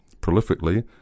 prolifically